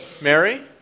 Mary